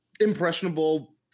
Impressionable